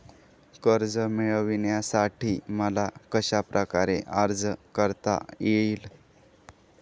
कर्ज मिळविण्यासाठी मला कशाप्रकारे अर्ज करता येईल?